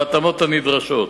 בהתאמות הנדרשות".